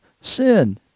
sin